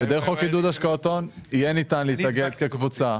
ודרך חוק עידוד השקעות הון יהיה ניתן להתאגד כקבוצה.